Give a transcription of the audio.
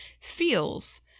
feels